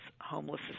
homeless